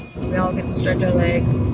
we all get to stretch our legs,